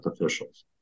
officials